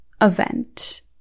event